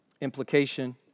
implication